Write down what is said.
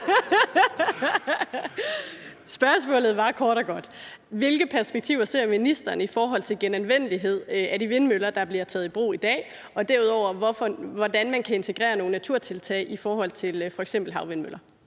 Spørgsmålet var kort og godt: Hvilke perspektiver ser ministeren i forhold til genanvendelighed af de vindmøller, der bliver taget i brug i dag? Og hvordan kan man derudover integrere nogle naturtiltag i forhold til f.eks. havvindmøller?